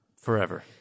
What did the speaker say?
Forever